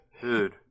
Dude